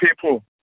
people